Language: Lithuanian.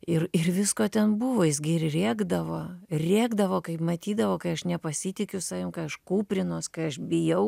ir ir visko ten buvo jis gi ir rėkdavo rėkdavo kaip matydavo kai aš nepasitikiu savim aš kūprinuos kai aš bijau